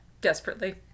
desperately